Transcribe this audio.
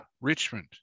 Richmond